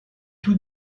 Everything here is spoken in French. tout